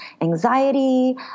anxiety